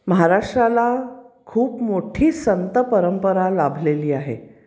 महाराष्ट्राला खूप मोठी संत परंपरा लाभलेली आहे